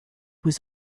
was